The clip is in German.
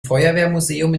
feuerwehrmuseum